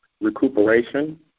recuperation